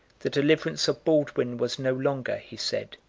the deliverance of baldwin was no longer, he said,